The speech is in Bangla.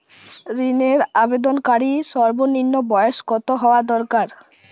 ঋণের আবেদনকারী সর্বনিন্ম বয়স কতো হওয়া দরকার?